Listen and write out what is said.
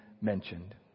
mentioned